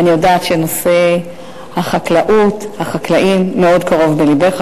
ואני יודעת שנושא החקלאות והחקלאים מאוד קרוב ללבך.